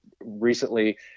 recently